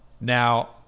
Now